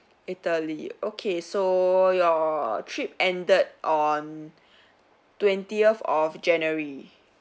italy okay so your trip ended on twentieth of january